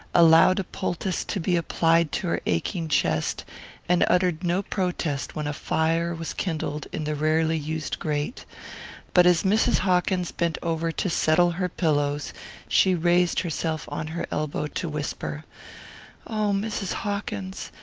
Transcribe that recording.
allowed a poultice to be applied to her aching chest and uttered no protest when a fire was kindled in the rarely used grate but as mrs. hawkins bent over to settle her pillows she raised herself on her elbow to whisper oh, mrs. hawkins,